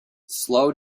slow